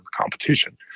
competition